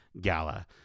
gala